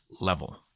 level